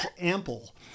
Ample